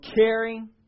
caring